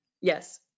Yes